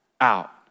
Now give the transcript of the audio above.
out